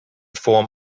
form